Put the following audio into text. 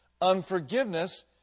unforgiveness